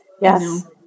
Yes